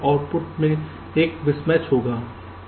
तो आउटपुट में एक मिसमैच होगा